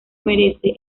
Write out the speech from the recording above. merece